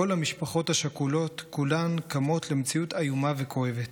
כל המשפחות השכולות כולן קמות למציאות איומה וכואבת,